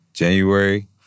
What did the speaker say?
January